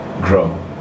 grow